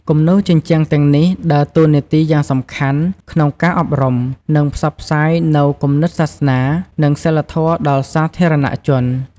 គំនូរជញ្ជាំងទាំងនេះដើរតួនាទីយ៉ាងសំខាន់ក្នុងការអប់រំ និងផ្សព្វផ្សាយនូវគំនិតសាសនា និងសីលធម៌ដល់សាធារណជន។